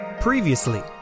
Previously